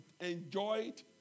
enjoyed